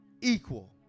Equal